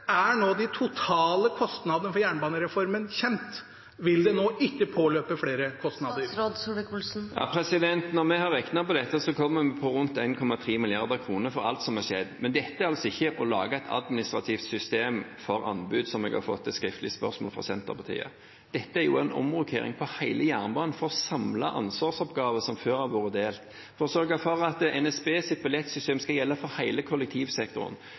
jernbanereformen nå kjent? Vil det nå ikke påløpe flere kostnader? Når vi har regnet på dette, har det kommet på rundt 1,3 mrd. kr for alt som har skjedd. Dette er ikke å lage et administrativt system for anbud, som jeg har fått et skriftlig spørsmål om fra Senterpartiet. Dette er en omrokering av hele jernbanen for å samle ansvarsoppgaver som før har vært delt, for å sørge for at NSBs billettsystem skal gjelde for hele kollektivsektoren,